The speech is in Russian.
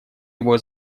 его